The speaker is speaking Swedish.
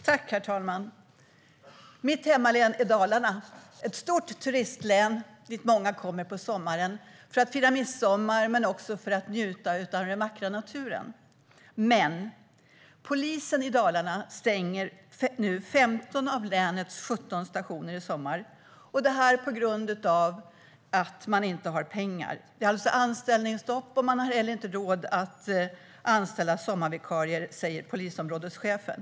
Herr talman! Mitt hemlän Dalarna är ett stort turistlän dit många kommer på sommaren för att fira midsommar men också för att njuta av den vackra naturen. Men i sommar stänger polisen i Dalarna 15 av länets 17 stationer på grund av att man inte har pengar. Det är anställningsstopp. Man har heller inte råd att anställa sommarvikarier, säger polisområdeschefen.